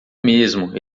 mesmo